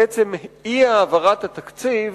בעצם אי-העברת התקציב